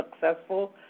successful